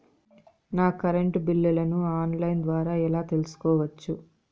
నా కరెంటు బిల్లులను online ద్వారా ఎలా తెలుసుకోవచ్చు?